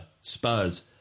Spurs